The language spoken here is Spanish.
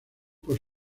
por